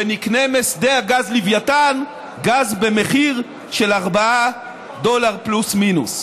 ונקנה משדה הגז לווייתן גז במחיר של 4 דולר פלוס-מינוס.